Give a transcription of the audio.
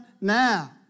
now